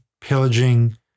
pillaging